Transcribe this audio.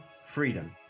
freedom